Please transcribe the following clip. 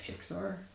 Pixar